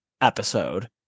episode